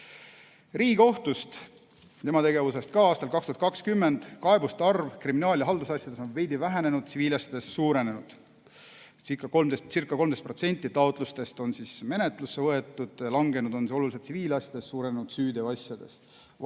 Riigikohtust ja tema tegevusest aastal 2020. Kaebuste arv kriminaal- ja haldusasjades on veidi vähenenud, tsiviilasjades suurenenud. Umbes 13% taotlustest on menetlusse võetud. Vähenenud on see oluliselt tsiviilasjades, suurenenud süüteoasjades.